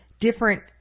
different